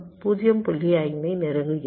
5 ஐ நெருங்குகிறது